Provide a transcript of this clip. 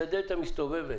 זאת הדלת המסתובבת.